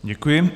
Děkuji.